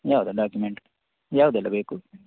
ಯಾವುದು ಡಾಕ್ಯುಮೆಂಟ್ ಯಾವುದೆಲ್ಲ ಬೇಕು